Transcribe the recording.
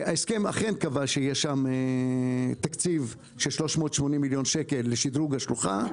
שאכן קבע שיהיה שם תקציב של 380 מיליון ₪ לשדרוג השלוחה,